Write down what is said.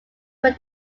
where